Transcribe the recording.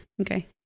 Okay